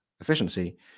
efficiency